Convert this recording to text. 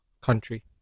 country